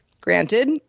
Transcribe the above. Granted